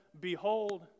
Behold